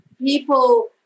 People